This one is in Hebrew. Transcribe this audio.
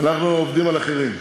אנחנו עובדים על אחרים.